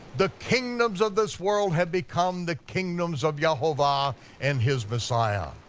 the kingdoms of this world have become the kingdoms of yehovah and his messiah.